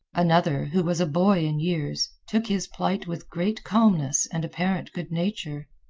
another, who was a boy in years, took his plight with great calmness and apparent good nature.